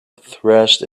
thrashed